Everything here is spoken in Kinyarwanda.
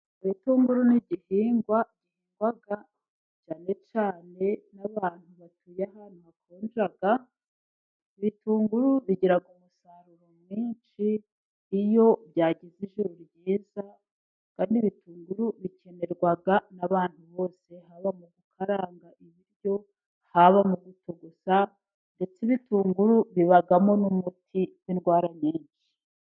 Ibitunguru ni igihingwa gihingwa cyane cyane n'abantu batuye ahantu hakonja, ibiitunguru bigira umusaruro mwinshi iyo byagize ijuru ryiza, Kandi ibitunguru bikenerwa n'abantu bose, haba mu gukaranga ibiryo, haba mu gutogosa, ndetse ibitunguru bibamo n'umuti w'indwara nyinshi.